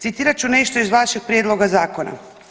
Citirat ću nešto iz vašeg prijedloga zakona.